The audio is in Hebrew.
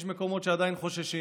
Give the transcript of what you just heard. יש מקומות שעדיין חוששים.